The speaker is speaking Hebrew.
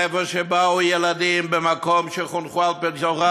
איפה שבאו ילדים במקום על-פי תורה,